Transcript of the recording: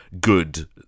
good